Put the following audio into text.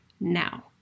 Now